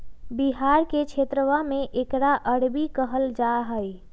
बिहार के क्षेत्रवा में एकरा अरबी कहल जाहई